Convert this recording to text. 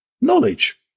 knowledge